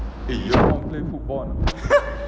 eh you all want play football or not